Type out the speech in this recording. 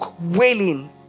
wailing